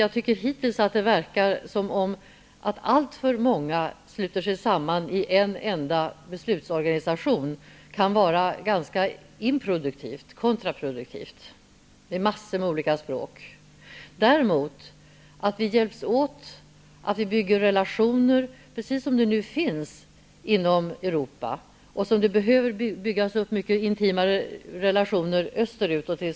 Jag tycker att det hittills verkar som om alltför många sluter sig samman i en enda beslutsorganisation och att det kan vara ganska improduktivt, kontraproduktivt, med massor av olika språk. Vi är säkerligen också överens om att vi bör hjälpas åt och bygga ut de relationer som redan finns -- framför allt måste det bli mycket intimare relationer österut.